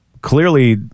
clearly